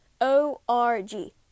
O-R-G